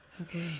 okay